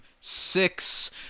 six